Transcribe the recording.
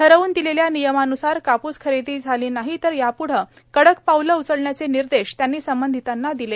ठरवून दिलेल्या नियमांन्सार कापूस खरेदी झाली नाही तर यापुढे कडक पाऊले उचलण्याचे निर्देश त्यांनी संबंधितांना दिले